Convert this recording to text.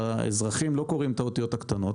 האזרחים לא קוראים את האותיות הקטנות,